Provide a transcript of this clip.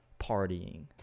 partying